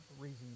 reasons